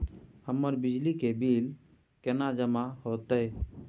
हमर बिजली के बिल केना जमा होते?